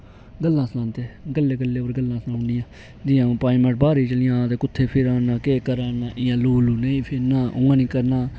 गल्लां सुनांदे गल्लै गल्लै पर गल्लां सुनाई ओड़नियां जि'यां आ'ऊं पंज मैण्ट बाह्रें गी चली जां ते कुत्थैं गेआ इ'यां निं करना ऊ'आं निं करना